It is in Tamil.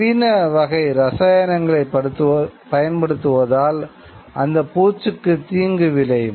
நவீன வகை ரசாயனங்களை பயன்படுத்துவதால் அந்த பூச்சுக்கு தீங்கு விளையும்